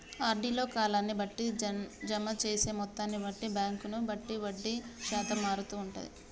RD లో కాలాన్ని బట్టి, జమ చేసే మొత్తాన్ని బట్టి, బ్యాంకును బట్టి వడ్డీ శాతం మారుతూ ఉంటది